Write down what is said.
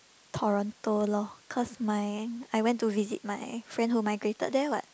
Toronto loh cause my I went to visit my friend who migrated there what